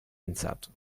pensato